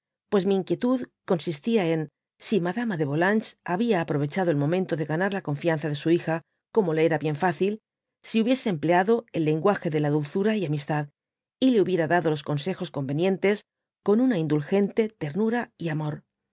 pues nú inquietud consistía en si madama de volánges habia aprovechado el momento de ganar la confianza de su hija como le era bien fácil v sí hubiese empleado el lenguage de la dulzura y amistad y le hubiera dado los consejos convenientes con una indulgente ternura y amor